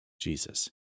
Jesus